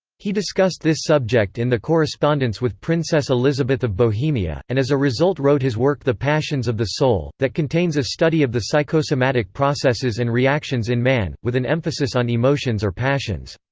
he discussed this subject in the correspondence with princess elisabeth of bohemia, and as a result wrote his work the passions of the soul, that contains a study of the psychosomatic processes and reactions in man, with an emphasis on emotions or passions.